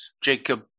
Jacob